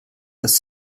das